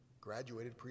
graduated